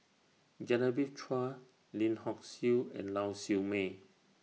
Genevieve Chua Lim Hock Siew and Lau Siew Mei